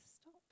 stop